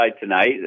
tonight